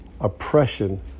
oppression